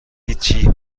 هیچی